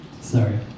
sorry